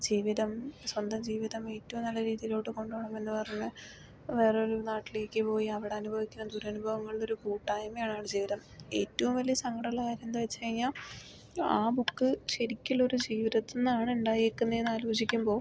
ജീവിതം സ്വന്തം ജീവിതം ഏറ്റവും നല്ല രീതിയിലോട്ട് കൊണ്ട് പോകണം എന്ന് പറഞ്ഞ് വേറെ ഒരു നാട്ടിലേക്ക് പോയി അവിടെ അനുഭവിക്കുന്ന ദുരനുഭവങ്ങളുടെ ഒരു കൂട്ടായ്മയാണ് ആട് ജീവിതം ഏറ്റവും വലിയ സങ്കടം ഉള്ള കാര്യം എന്താന്ന് വെച്ചു കഴിഞ്ഞാൽ ആ ബുക്ക് ശെരിക്കും ഉള്ള ഒരു ജീവിതത്തിൽ നിന്നാണ് ഉണ്ടായേക്കുന്നത് എന്ന് ആലോചിക്കുമ്പോൾ